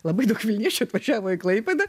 labai daug vilniečių atvažiavo į klaipėdą